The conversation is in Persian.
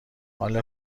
حال